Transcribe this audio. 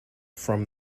from